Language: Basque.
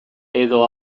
edo